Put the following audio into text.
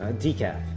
ah decaf.